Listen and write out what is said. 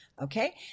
okay